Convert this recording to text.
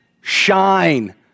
shine